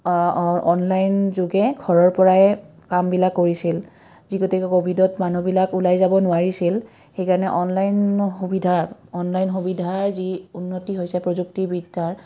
online যোগে ঘৰৰ পৰাই কামবিলাক কৰিছিল যি গতিকে ক'ভিডত মানুহবিলাক ওলাই যাব নোৱাৰিছিল সেইকাৰণে অনলাইন সুবিধা অনলাইন সুবিধাৰ যি উন্নতি হৈছে প্ৰযুক্তিবিদ্যাৰ